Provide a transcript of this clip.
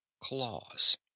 claws